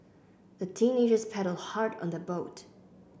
the teenagers paddled hard on their boat